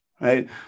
right